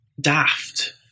daft